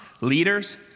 leaders